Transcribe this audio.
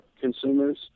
consumers